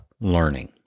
learning